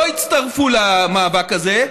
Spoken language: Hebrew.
לא הצטרפו למאבק הזה,